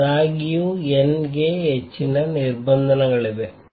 ಆದಾಗ್ಯೂ n ಗೆ ಹೆಚ್ಚಿನ ನಿರ್ಬಂಧಗಳಿವೆ